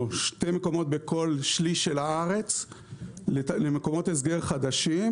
שתי מקומות בכל שליש של הארץ למקומות הסגר חדשי,